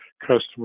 customers